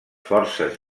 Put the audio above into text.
forces